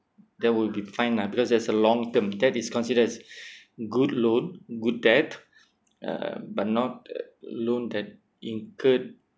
there will be fine lah because that's a long term that is considered as good loan good debt uh but not uh loan that incurred